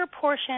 portion